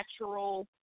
natural